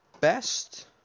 best